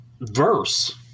verse